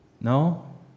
No